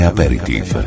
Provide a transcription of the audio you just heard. Aperitif